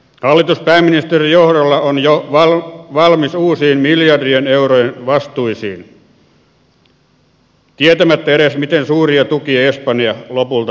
hallitus pääministerin johdolla on jo valmis uusiin miljardien eurojen vastuisiin tietämättä edes miten suuria tukia espanja lopulta tarvitsee